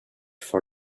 for